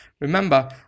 Remember